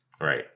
Right